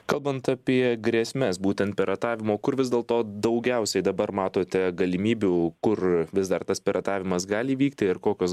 kalbant apie grėsmes būtent piratavimo kur vis dėlto daugiausiai dabar matote galimybių kur vis dar tas piratavimas gali vykti ir kokios